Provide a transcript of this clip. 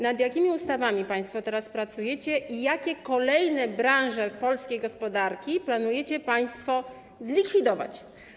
Nad jakimi ustawami państwo teraz pracujecie i jakie kolejne branże polskiej gospodarki planujecie państwo zlikwidować?